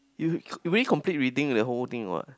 you really you really complete reading the whole thing or what